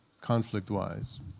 conflict-wise